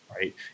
right